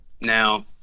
Now